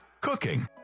Cooking